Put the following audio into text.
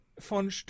von